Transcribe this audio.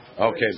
Okay